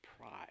pride